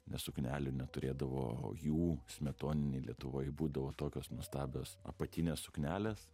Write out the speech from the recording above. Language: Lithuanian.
nes suknelių neturėdavo o jų smetoninėj lietuvoj būdavo tokios nuostabios apatinės suknelės